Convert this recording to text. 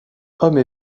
hommes